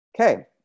Okay